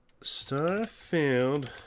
Starfield